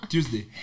Tuesday